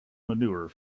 manure